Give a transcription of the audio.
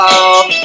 up